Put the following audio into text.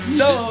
no